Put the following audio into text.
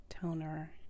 toner